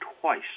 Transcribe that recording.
twice